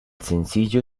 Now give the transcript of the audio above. sencillo